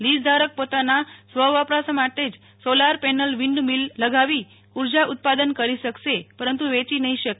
lease ધારક પોતાના સ્વ વપરાશ માટે જ સોલાર પેનલ વીન્ડ મીલ લગાવી ઉર્જા ઉત્પાદન કરી શકશે પરંતુ વેચી નહિ શકે